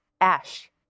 ash